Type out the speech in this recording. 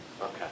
Okay